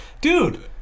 dude